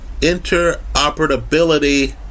interoperability